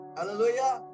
Hallelujah